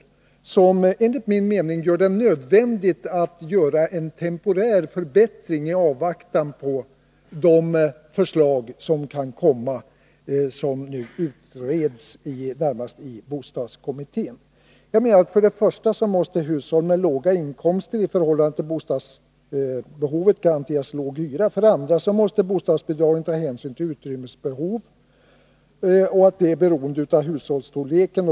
Detta gör det, enligt min mening, nödvändigt att göra en temporär förbättring i avvaktan på de förslag som kan komma från bostadskommittén. Jag menar att hushåll med låga inkomster i förhållande till bostadsbehovet för det första måste garanteras låg hyra. För det andra måste bostadsbidragen utformas med hänsyn till utrymmesbehov och hushållsstorlek.